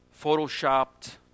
photoshopped